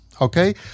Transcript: okay